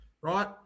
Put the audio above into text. Right